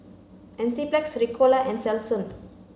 Enzyplex Ricola and Selsun